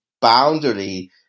boundary